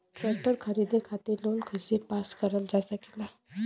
Tractor खरीदे खातीर loan कइसे पास करल जा सकेला?